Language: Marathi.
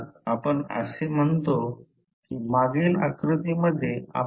जर H 0 असेल तर I हा 0 असावा